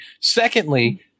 Secondly